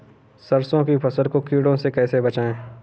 सरसों की फसल को कीड़ों से कैसे बचाएँ?